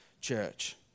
church